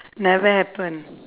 never happen